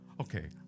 okay